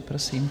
Prosím.